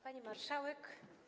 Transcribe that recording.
Pani Marszałek!